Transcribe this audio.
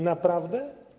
Naprawdę?